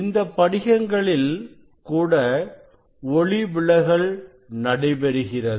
இந்தப் படிகங்களில் கூட ஒளிவிலகல் நடைபெறுகிறது